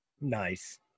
nice